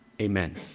Amen